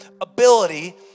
ability